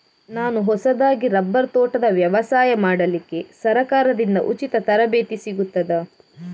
ನಾನು ಹೊಸದಾಗಿ ರಬ್ಬರ್ ತೋಟದ ವ್ಯವಸಾಯ ಮಾಡಲಿಕ್ಕೆ ಸರಕಾರದಿಂದ ಉಚಿತ ತರಬೇತಿ ಸಿಗುತ್ತದಾ?